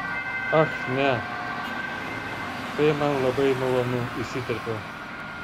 ach ne tai man labai malonu įsiterpiau